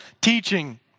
teaching